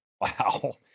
Wow